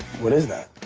what is that?